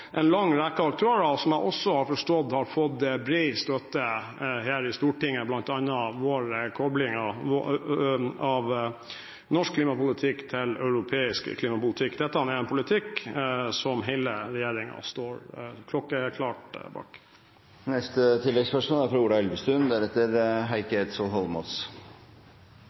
en lang rekke aktører, som jeg også har forstått har fått bred støtte her i Stortinget, bl.a. koblingen av norsk klimapolitikk til europeisk klimapolitikk. Dette er en politikk som hele regjeringen står klokkeklart bak.